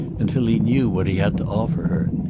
until he knew what he had to offer her.